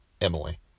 Emily